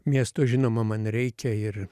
miesto žinoma man reikia ir